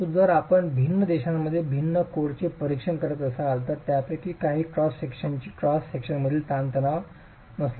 म्हणून जर आपण भिन्न देशांमध्ये भिन्न कोडचे परीक्षण करीत असाल तर त्यापैकी काही क्रॉस सेक्शनसाठी क्रॉस सेक्शनमधील तणाव तणाव नसलेले संबंध वापरतात